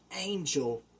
angel